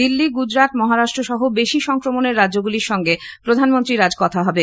দিল্লি গুজরাট মহারাষ্ট্র সহ বেশী সংক্রমণের রাজ্যগুলির সঙ্গে প্রধানমন্ত্রীর আজ কথা হবে